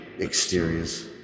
exteriors